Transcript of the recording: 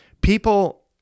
people